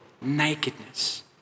Nakedness